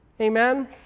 Amen